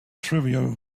trivial